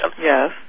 Yes